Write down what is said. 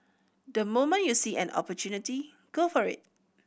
the moment you see an opportunity go for it